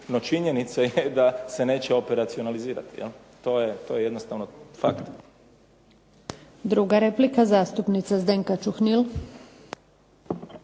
no činjenica je da se neće operacionalizirati. To je jednostavno fakt. **Antunović, Željka (SDP)** Druga replika zastupnica Zdenka Čuhnil.